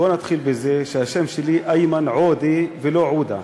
בוא נתחיל בזה שהשם שלי איימן עוֹדֶה ולא עוּדָה.